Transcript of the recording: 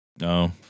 No